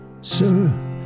Sir